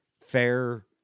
fair